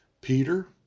Peter